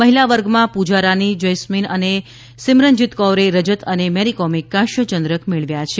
મહિલા વર્ગમાં પૂજા રાની જૈસ્મીન અને સિમરનજીત કૌરે રજત અને મેરી કોમે કાંસ્ય ચંદ્રકો મેળવ્યા છે